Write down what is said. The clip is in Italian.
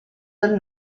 del